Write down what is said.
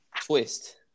twist